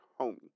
homie